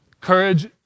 courage